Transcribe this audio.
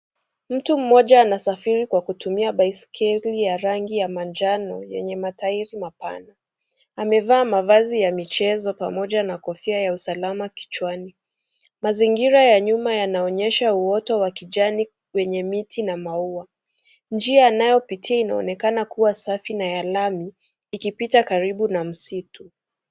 Mtu mmoja anasafiri kwa kutumia baiskeli ya rangi ya manjano yenye matairi mapana ,amevaa mavazi ya mchezo pamoja na kofia ya usalama kichwani. Mazingira ya nyuma yanaongesha uoto wa kijani kwenye miti na maua njia anaopitia inaonekana kuwa safi na ya lami ikipita karibu na msitu.